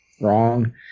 Wrong